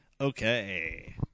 Okay